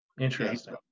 Interesting